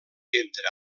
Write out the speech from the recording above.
entre